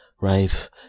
Right